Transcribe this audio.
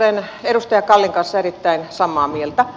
olen edustaja kallin kanssa erittäin samaa mieltä